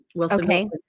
Okay